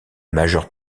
majeure